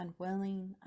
unwilling